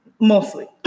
Mostly